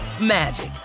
magic